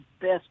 best